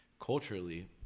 culturally